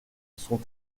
sont